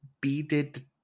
beaded